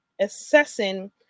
assessing